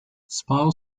spal